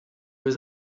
was